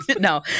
no